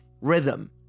Rhythm